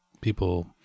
people